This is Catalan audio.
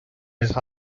els